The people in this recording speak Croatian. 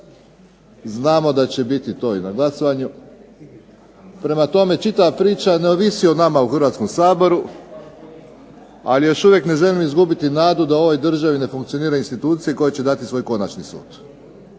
znamo da će biti to i na glasovanju. Prema tome, čitava priča ne ovisi o nama u Hrvatskom saboru, ali još uvijek ne želim izgubiti nadu da u ovoj državi ne funkcioniraju institucije koje će dati svoj konačni sud.